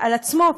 על עצמו,